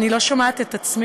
אני לא שומעת את עצמי.